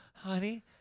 Honey